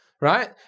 right